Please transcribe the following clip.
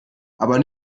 aber